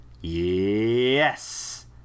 Yes